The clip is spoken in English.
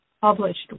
published